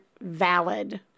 valid